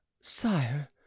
sire